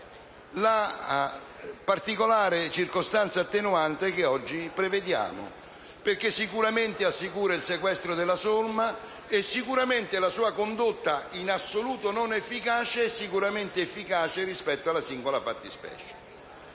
la particolare circostanza attenuante che oggi prevediamo, perché sicuramente assicura il sequestro della somma e la sua condotta, in assoluto non efficace, è sicuramente efficace rispetto alla singola fattispecie.